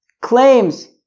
claims